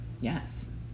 Yes